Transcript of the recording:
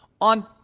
On